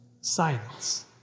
silence